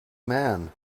man